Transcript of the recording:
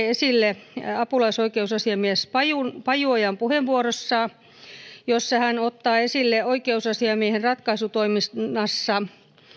esille apulaisoikeusasiamies pajuojan pajuojan puheenvuorossa jossa hän ottaa esille että oikeusasiamiehen ratkaisutoiminnassa